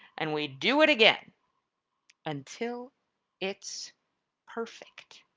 and we do it again until it's perfect.